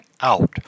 out